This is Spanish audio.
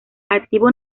activa